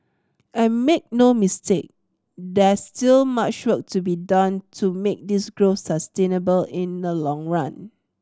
and make no mistake there's still much work to be done to make this growth sustainable in the long run